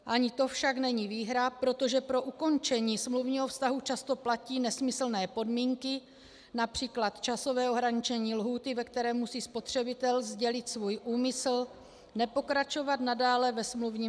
Ani to však není výhra, protože pro ukončení smluvního vztahu často platí nesmyslné podmínky, např. časové ohraničení lhůty, ve které musí spotřebitel sdělit svůj úmysl nepokračovat nadále ve smluvním vztahu.